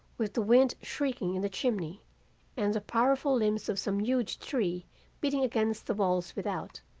with the wind shrieking in the chimney and the powerful limbs of some huge tree beating against the walls without,